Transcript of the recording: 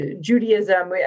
Judaism